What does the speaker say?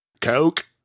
coke